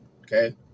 Okay